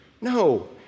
No